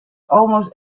almost